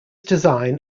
design